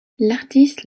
l’artiste